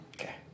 Okay